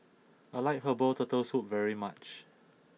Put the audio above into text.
I like Herbal Turtle Soup very much